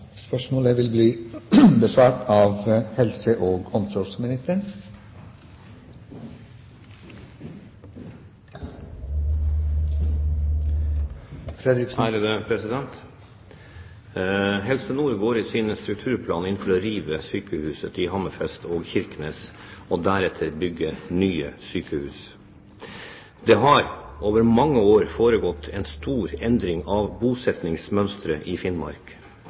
Nord går i sin strukturplan inn for å rive sykehuset i Hammerfest og Kirkenes og deretter bygge nye sykehus. Det har over mange år foregått en stor endring av bosettingsmønsteret i Finnmark.